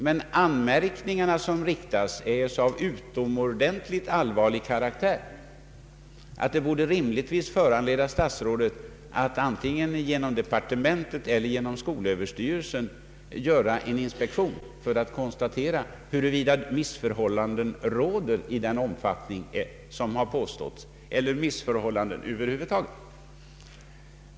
Men de anmärkningar som framförts är av så utomordentligt allvarlig karaktär att statsrådet rimligen genom <:departementet eller genom skolöverstyrelsen borde föranstalta om en inspektion för att konstatera huruvida missförhållanden råder i påstådd omfattning eller över huvud taget förekommer.